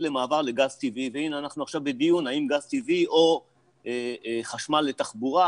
למעבר לגז טבעי והנה אנחנו עכשיו בדיון האם גז טבעי או חשמל לתחבורה,